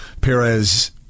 Perez